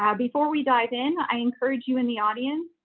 um before we dive in, i encourage you in the audience.